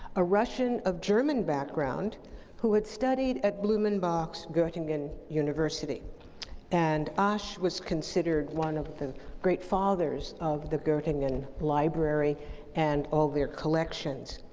a russian of german background who had studied at blumenbach's gottingen university and asch was considered one of the great fathers of the gottingen library and all their collections.